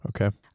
Okay